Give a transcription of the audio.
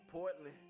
Portland